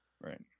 Right